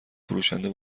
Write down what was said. فروشنده